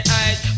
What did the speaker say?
eyes